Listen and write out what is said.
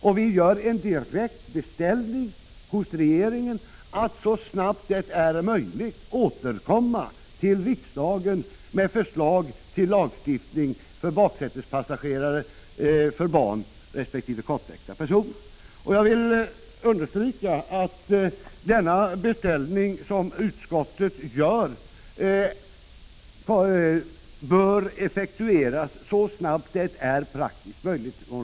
Utskottet gör en direkt beställning hos regeringen att den så snabbt som möjligt skall återkomma till riksdagen med förslag till lagstiftning om användning av bilbälten för baksätespassagerare och för barn resp. kortväxta personer. Jag vill understryka att denna beställning bör effektueras från regeringens sida så snabbt som det är praktiskt möjligt.